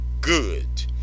good